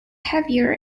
heavier